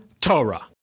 Torah